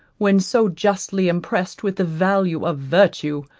when so justly impressed with the value of virtue,